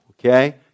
okay